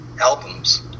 albums